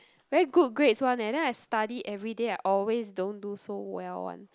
very good grades one eh then I study everyday I always don't do so well one